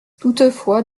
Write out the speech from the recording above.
toutefois